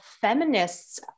feminists